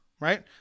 Right